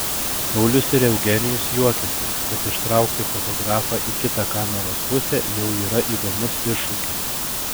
paulius ir eugenijus juokiasi kad ištraukti fotografą į kitą kameros pusę jau yra įdomus iššūkis